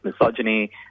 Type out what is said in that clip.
misogyny